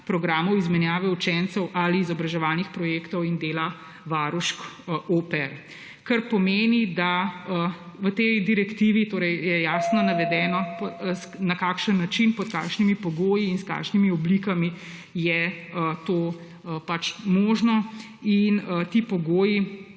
programov izmenjave učencev ali izobraževalnih projektov in dela varušk au pair. Kar pomeni, da v tej direktivi je jasno navedeno, na kakšen način, pod kakšnimi pogoji in s kakšnimi oblikami je to pač možno. In ti pogoji